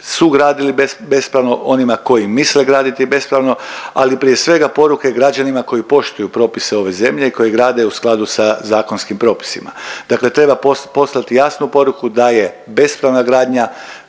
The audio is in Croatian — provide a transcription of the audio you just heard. su gradili bespravno, onima koji misle graditi bespravno, ali prije svega poruke građanima koji poštuju propise ove zemlje i koji grade u skladu sa zakonskim propisima. Dakle, treba poslati jasnu poruku da je bespravna gradnja